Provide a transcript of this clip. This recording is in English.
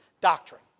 doctrine